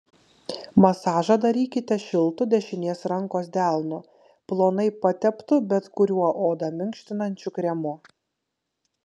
masažą darykite šiltu dešinės rankos delnu plonai pateptu bet kuriuo odą minkštinančiu kremu